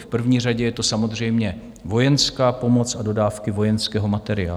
V první řadě je to samozřejmě vojenská pomoc a dodávky vojenského materiálu.